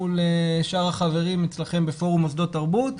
מול שאר החברים אצלכם בפורום מוסדות תרבות.